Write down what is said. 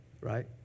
right